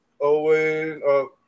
Owen